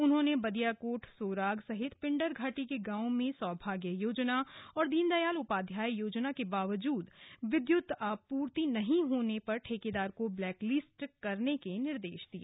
उन्होंने बदियाकोट सोराग सहित पिंडर घाटी के गांवों में सौभाग्य और दीनदयाल उपाध्याय योजना के बावजूद विद्युतीकरण नहीं होने पर ठेकेदार को ब्लैक लिस्ट करने के निर्देश दिए